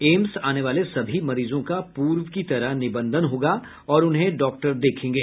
AIIMS आने वाले सभी मरीजों का पूर्व की तरह निबंधन होगा और उन्हें डॉक्टर देखेंगे